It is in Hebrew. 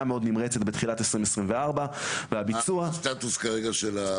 מאוד נמרצת בתחילת 2024. מה הסטטוס כרגע של התשתית?